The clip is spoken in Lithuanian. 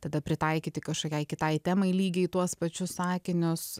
tada pritaikyti kažkokiai kitai temai lygiai tuos pačius sakinius